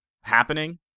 happening